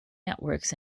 networks